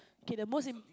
kay the most im~